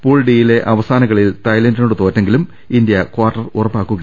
pool ഡിയിലെ അവസാന കളിയിൽ തായ്ലന്റിനോട് തോറ്റെങ്കിലും ഇന്ത്യ കാർട്ടർ ഉറപ്പിച്ചു